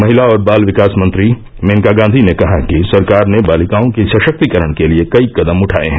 महिला और बाल विकास मंत्री मेनका गांधी ने कहा कि सरकार ने बालिकाओं के सशक्तिकरण के लिए कई कदम उठाये हैं